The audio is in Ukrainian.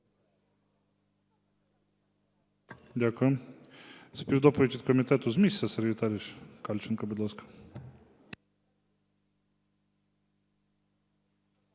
Дякую.